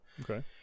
Okay